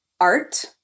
art